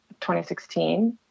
2016